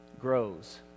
grows